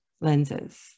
lenses